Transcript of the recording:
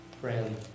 friend